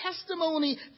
testimony